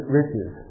riches